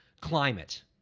Climate